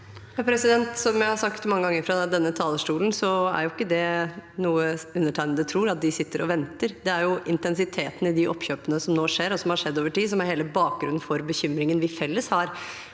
Som jeg har sagt mange ganger fra denne talerstolen, tror ikke undertegnede at de sitter og venter. Det er intensiteten i de oppkjøpene som nå skjer, og som har skjedd over tid, som er hele bakgrunnen for bekymringen vi har felles for